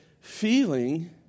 feeling